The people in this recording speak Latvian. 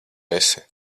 esi